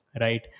right